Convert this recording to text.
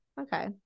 okay